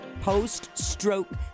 Post-stroke